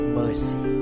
mercy